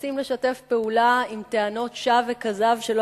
ומנסים לשתף פעולה עם טענות שווא וכזב שלא